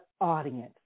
audience